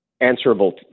answerable